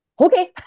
okay